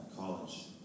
college